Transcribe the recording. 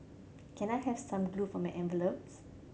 can I have some glue for my envelopes